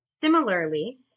similarly